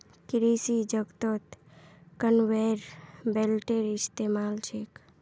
कृषि जगतत कन्वेयर बेल्टेर इस्तमाल छेक